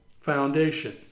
foundation